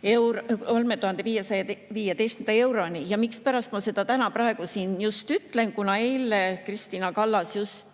kuni 1315 euroni. Mispärast ma seda täna siin ütlen? Kuna eile Kristina Kallas